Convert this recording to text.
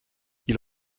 ils